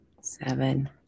seven